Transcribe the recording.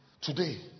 today